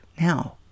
now